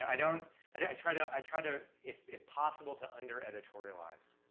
i don't i don't i try to, i try to, if, if possible, to under-editorialize,